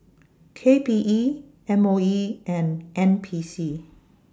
K P E M O E and N P C